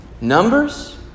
Numbers